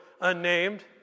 unnamed